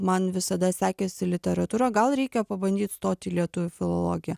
man visada sekėsi literatūra gal reikia pabandyt stoti į lietuvių filologiją